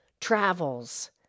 travels